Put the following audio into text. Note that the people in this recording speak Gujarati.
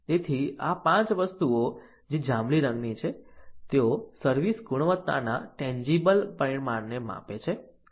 તેથી આ વસ્તુઓ જે જાંબલી રંગની છે તેઓ સર્વિસ ગુણવત્તાના ટેન્જીબલ પરિમાણને માપે છે